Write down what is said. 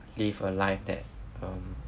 live a life that um